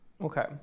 okay